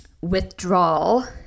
withdrawal